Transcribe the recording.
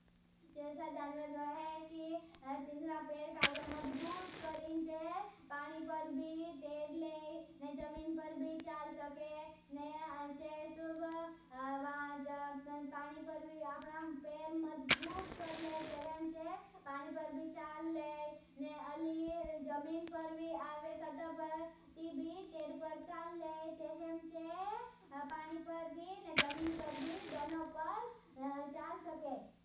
चेसा धानमरण है। नीरा पेर गढ मजबूत करेंचे। पानीपर भी इतेरलेइ जमीन पर भी चाल सके। चेसोद पानी पर भी, पति मजबूत करले सेंचे पानीपर भी चाल ले। जमीनपर भी अव्वे सतपर ती भी तेर पर चाल ले। तेहेंचे पानी पर भी जमीन पर भी दोनों पर चाल सके।